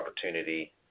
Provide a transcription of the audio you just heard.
opportunity